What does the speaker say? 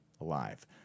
alive